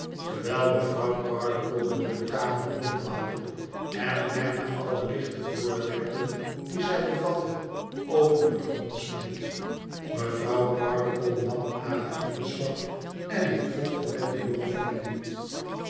terwijl mevrouw pardiggle door de kamer ronddwaalde en bijna alle lichte voorwerpen die zij bevatte over den grond smeet mevrouw pardiggle nam ada in beslag en ik volgde met de jonge familie